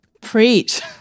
Preach